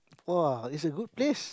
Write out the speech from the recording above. [wah] is a good place